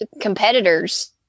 competitors